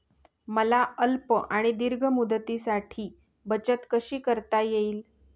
मला अल्प किंवा दीर्घ मुदतीसाठी बचत कशी करता येईल?